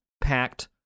Packed